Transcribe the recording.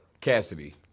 Cassidy